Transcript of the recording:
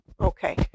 okay